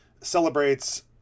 celebrates